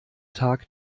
tag